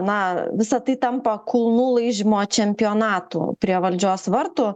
na visa tai tampa kulnų laižymo čempionatu prie valdžios vartų